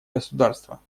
государства